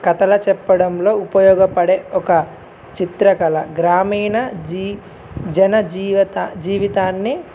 కథలు చెప్పడంలో ఉపయోగపడే ఒక చిత్రకళ గ్రామీణ జీ జన జీవత జీవితాన్ని